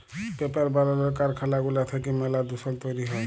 paper বালালর কারখালা গুলা থ্যাইকে ম্যালা দুষল তৈরি হ্যয়